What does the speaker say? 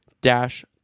dash